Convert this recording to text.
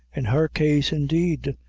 in her case, indeed,